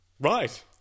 Right